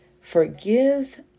forgives